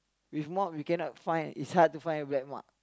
with mop you cannot find it's hard to find a black mark